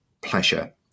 pleasure